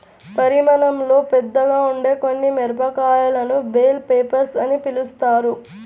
పరిమాణంలో పెద్దగా ఉండే కొన్ని మిరపకాయలను బెల్ పెప్పర్స్ అని పిలుస్తారు